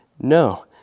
no